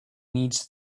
needs